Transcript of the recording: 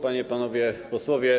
Panie i Panowie Posłowie!